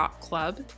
club